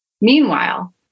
Meanwhile